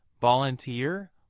volunteer